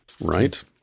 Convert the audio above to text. Right